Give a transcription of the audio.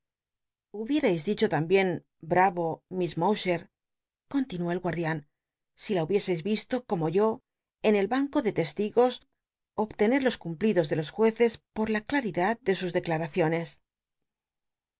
hubierais dicho tambien bravo miss llowchcr continuó el guatdian si la hubieseis vislo como yo en el banco de testigos obtener los cumplidos de los jueces por la claridad do sus dcclamcioncs